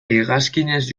hegazkinez